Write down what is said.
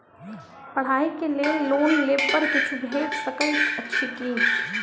पढ़ाई केँ लेल लोन लेबऽ पर किछ छुट भैट सकैत अछि की?